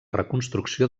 reconstrucció